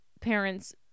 parents